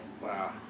wow